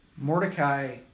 Mordecai